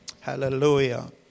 Hallelujah